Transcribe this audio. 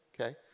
okay